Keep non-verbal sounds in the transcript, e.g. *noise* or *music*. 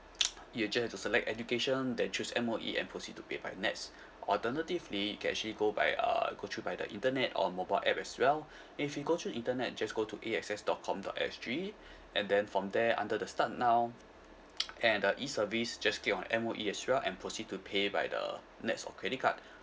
*noise* you just have to select education then choose M_O_E and proceed to pay by NETS alternatively you can actually go by uh go through by the internet or mobile app as well *breath* if you go through internet just go to A X S dot com dot S G and then from there under the start now *noise* and the E service just click on M_O_E as well and proceed to pay by the NETS or credit card